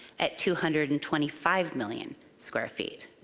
at two hundred and twenty five million square feet.